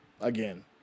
Again